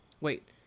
Wait